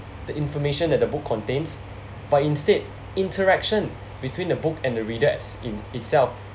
the information that the book contains but instead interaction between the book and the readers in itself